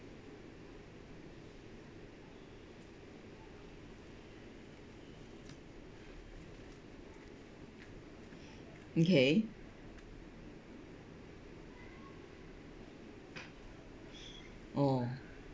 okay oh